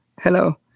hello